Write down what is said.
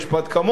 כמוני,